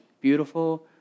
beautiful